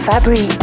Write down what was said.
Fabri